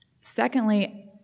Secondly